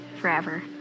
forever